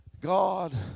God